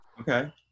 okay